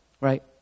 right